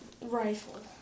Rifle